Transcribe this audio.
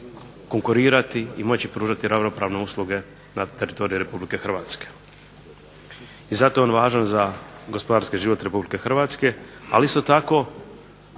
konkurirati i moći pružati ravnopravne usluge na teritoriju RH. I zato je on važan za gospodarski život RH. Ali isto tako